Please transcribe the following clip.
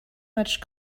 much